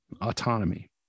autonomy